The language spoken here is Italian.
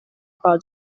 pagina